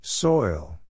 Soil